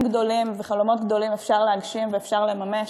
גדולים וחלומות גדולים אפשר להגשים ואפשר לממש,